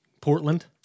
Portland